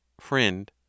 Friend